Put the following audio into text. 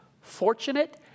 fortunate